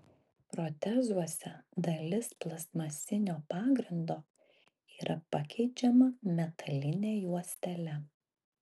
protezuose dalis plastmasinio pagrindo yra pakeičiama metaline juostele